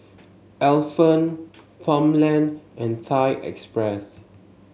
Alpen Farmland and Thai Express